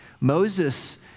Moses